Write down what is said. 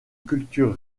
culture